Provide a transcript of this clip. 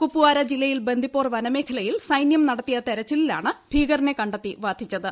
കുപ്പാര ജില്ലയിൽ ബന്ദിപ്പോൾ വ്വനമേഖലയിൽ സൈന്യം നടത്തിയ തെരച്ചിലിലാണ് ഭീകരനെ ക്കണ്ട്ത്തി വധിച്ചത്